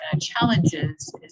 challenges